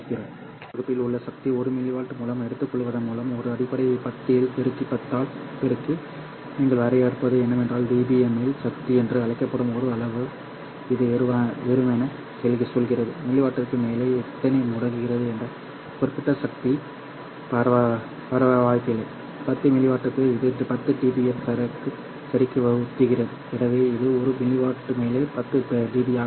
milli watt வகுப்பில் உள்ள சக்தி 1 மில்லி வாட் மூலம் எடுத்துக்கொள்வதன் மூலம் அடிப்படை 10 இல் பெருக்கி 10 ஆல் பெருக்கி நீங்கள் வரையறுப்பது என்னவென்றால் dbmம்மில் சக்தி என்று அழைக்கப்படும் ஒரு அளவு இது வெறுமனே சொல்கிறது மில்லிவாட்டிற்கு மேலே எத்தனை முடக்குகிறது என் குறிப்பிட்ட சக்தி P பரவாயில்லை 10 மில் வாட்டுக்கு இது 10 dbm சரிக்கு ஒத்திருக்கிறது எனவே இது ஒரு மில் வாட் மேலே 10 dbஆகும்